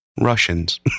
Russians